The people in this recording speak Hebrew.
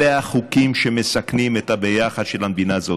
אלה החוקים שמסכנים את הביחד של המדינה הזאת.